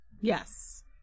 Yes